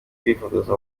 kwifotoza